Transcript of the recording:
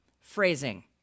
phrasing